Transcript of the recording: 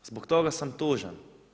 Zbog toga sam tužan.